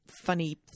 funny